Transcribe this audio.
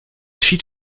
ziet